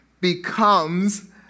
becomes